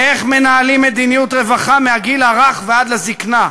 איך מנהלים מדיניות רווחה מהגיל הרך ועד לזיקנה,